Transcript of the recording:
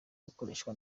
gukoreshwa